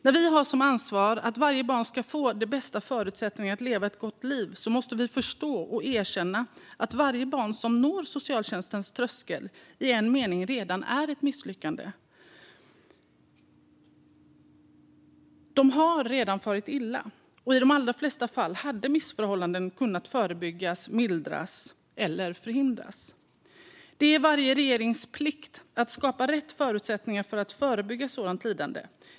När vi har som ansvar att varje barn ska få de bästa förutsättningarna att leva ett gott liv måste vi förstå och erkänna att varje barn som når socialtjänstens tröskel i en mening redan är ett misslyckande. Dessa barn har redan farit illa, och i de allra flesta fall hade missförhållanden kunnat förebyggas, mildras eller förhindras. Det är varje regeringens plikt att skapa rätt förutsättningar för att förebygga sådant lidande.